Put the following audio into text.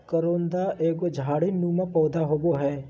करोंदा एगो झाड़ी नुमा पौधा होव हय